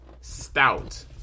Stout